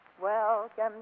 Welcome